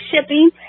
shipping